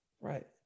right